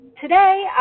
today